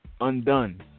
undone